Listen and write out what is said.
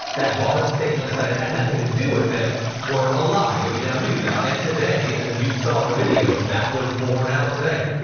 that barr's statements that they had nothing to do with it were a lie, that we now knew that. and today, i mean, you saw the videos that was born out today,